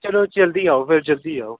ਚਲੋ ਜਲਦੀ ਆਓ ਫਿਰ ਜਲਦੀ ਆਓ